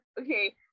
okay